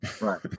Right